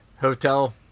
hotel